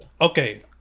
Okay